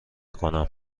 کنم